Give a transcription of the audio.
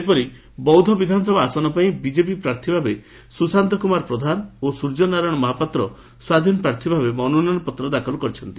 ସେହିପରି ବୌଦ୍ଧ ବିଧାନସଭା ଆସନ ପାଇଁ ବିଜେପି ପ୍ରାର୍ଥ ଭାବେ ସୁଶାନ୍ତ କୁମାର ପ୍ରଧାନ ଓ ସୂର୍ଯ୍ୟନାରାୟଶ ମହାପାତ୍ର ସ୍ୱାଧୀନ ପ୍ରାର୍ଥିଭାବେ ମନୋନୟନ ପତ୍ର ଦାଖଲ କରିଛନ୍ତି